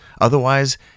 Otherwise